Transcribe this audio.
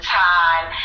time